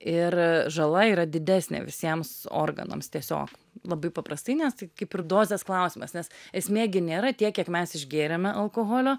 ir žala yra didesnė visiems organams tiesiog labai paprastai nes tai kaip ir dozės klausimas nes esmė gi nėra tiek kiek mes išgėrėme alkoholio